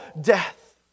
death